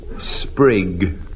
Sprig